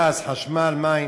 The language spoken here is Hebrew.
גז, חשמל, מים.